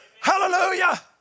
Hallelujah